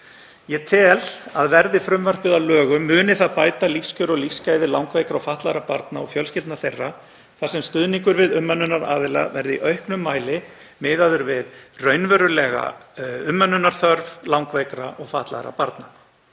Ég tel að verði frumvarpið að lögum muni það bæta lífskjör og lífsgæði langveikra og fatlaðra barna og fjölskyldna þeirra þar sem stuðningur við umönnunaraðila verði í auknum mæli miðaður við raunverulega umönnunarþörf langveikra og fatlaðra barna.